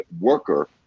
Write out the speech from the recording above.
worker